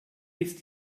ist